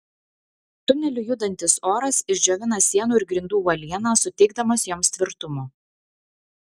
tuneliu judantis oras išdžiovina sienų ir grindų uolieną suteikdamas joms tvirtumo